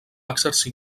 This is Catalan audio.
exercir